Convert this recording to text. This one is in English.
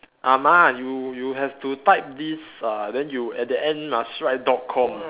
ah-ma you you have to type this uh then you at the end must write dot com